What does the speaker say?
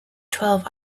twelve